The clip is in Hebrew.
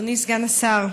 אדוני סגן השר,